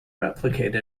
replicate